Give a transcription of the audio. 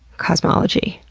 cosmology,